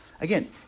Again